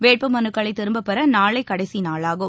வேட்பு மனுக்களை திரும்பப் பெற நாளை கடைசி நாளாகும்